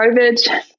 COVID